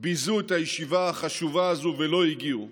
ביזו את הישיבה החשובה הזו ולא הגיעו,